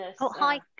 hi